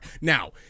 Now